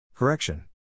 Correction